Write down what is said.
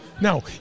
Now